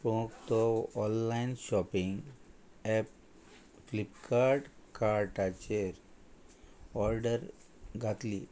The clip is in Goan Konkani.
तो ऑनलायन शॉपिंग एप फ्लिपकार्ट कार्टाचेर ऑर्डर घातली